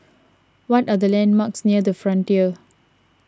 what are the landmarks near the Frontier